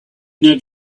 not